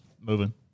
moving